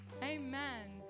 Amen